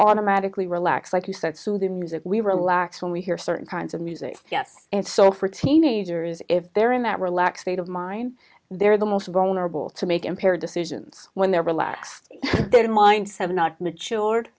automatically relax like you said sue the music we relax when we hear certain kinds of music yes and so for teenagers if they're in that relaxed state of mind they're the most vulnerable to make impaired decisions when they're relaxed their minds have not matured